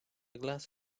glass